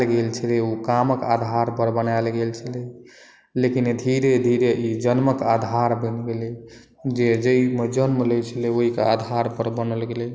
अपन सब के समाज मे जे जाति प्रथा बनाएल गेल छलै ओ कामक आधार पर बनाएल गेल छलै लेकिन धीरे धीरे ई जन्मक आधार बनि गेलै जे जाहि मे जन्म लै छलै ओ ओहि के आधार पर बनल गेलै